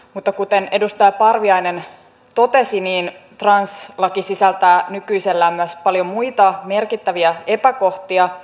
mutta kuten edustaja parviainen totesi translaki sisältää nykyisellään myös paljon muita merkittäviä epäkohtia